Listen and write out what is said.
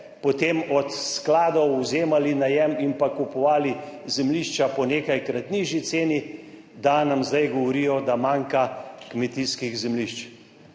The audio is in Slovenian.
potem od skladov »vzemali« najem in pa kupovali zemljišča po nekajkrat nižji ceni, da nam zdaj govorijo, da manjka kmetijskih zemljišč.